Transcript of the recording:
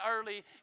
early